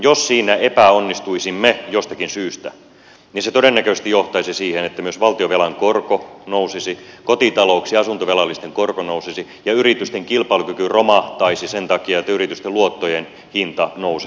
jos siinä epäonnistuisimme jostakin syystä niin se todennäköisesti johtaisi siihen että myös valtionvelan korko nousisi kotitalouksien ja asuntovelallisten korko nousisi ja yritysten kilpailukyky romahtaisi sen takia että yritysten luottojen hinta nousisi eli korot nousisivat